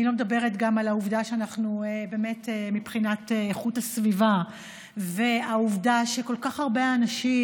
ואני מדברת גם על הבחינה של איכות הסביבה ועל העובדה שכל כך הרבה אנשים,